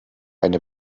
eine